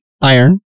iron